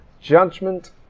judgment